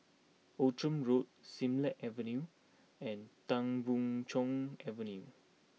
Outram Road Siglap Avenue and Tan Boon Chong Avenue